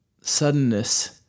suddenness